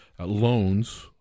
loans